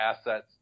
assets